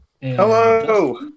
hello